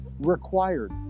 required